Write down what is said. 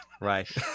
right